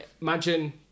imagine